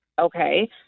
okay